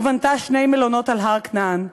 ובנתה שני מלונות על הר-כנען.